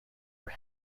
were